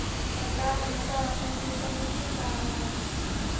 सरकार हमेशा अपने देश का हित ही चाहा हई